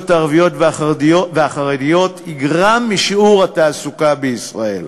הערביות והחרדיות יגרע משיעור התעסוקה בישראל.